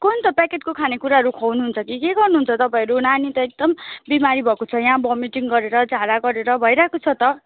कोनि त प्याकेटको खानेकुराहरू खुवाउनु हुन्छ कि के गर्नु हुन्छ तपाईँहरू नानीहरू त एकदम बिमारी भएको छ यहाँ भोमिटिङ गरेर झाडा गरेर भइरहेको छ त